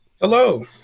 Hello